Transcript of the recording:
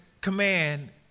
command